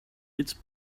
its